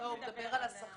לא, הוא מדבר על השכר.